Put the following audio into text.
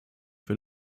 für